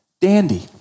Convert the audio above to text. dandy